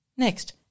Next